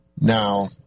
now